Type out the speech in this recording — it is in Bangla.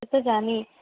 সেতো জানি